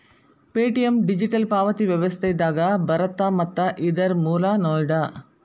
Paytm digital ಪಾವತಿ ವ್ಯವಸ್ಥೆದಾಗ ಬರತ್ತ ಮತ್ತ ಇದರ್ ಮೂಲ ನೋಯ್ಡಾ